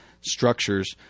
structures